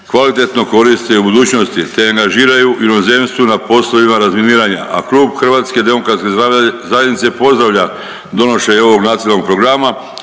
kvalitetno koriste u budućnosti, te angažiraju u inozemstvu na poslovima razminiranja, a Klub HDZ-a pozdravlja donošenje ovog nacionalnog programa